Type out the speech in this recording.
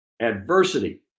Adversity